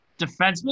defenseman